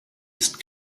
ist